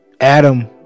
adam